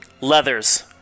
leathers